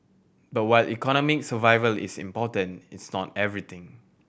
but while economic survival is important it's not everything